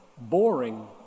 boring